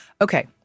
Okay